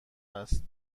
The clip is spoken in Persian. است